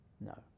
No